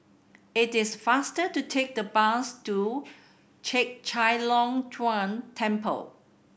it is faster to take the bus to Chek Chai Long Chuen Temple